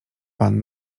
pan